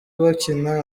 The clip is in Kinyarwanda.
bakina